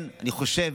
אני חושב